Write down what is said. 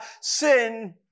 sin